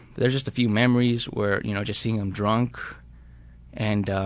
there's just a few memories-where you know just seeing him drunk and